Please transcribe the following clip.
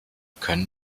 können